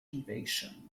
invasion